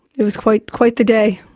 it was quite quite the day.